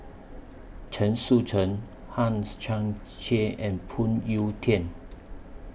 Chen Sucheng Hangs Chang Chieh and Phoon Yew Tien